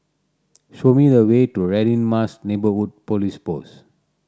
show me the way to Radin Mas Neighbourhood Police Post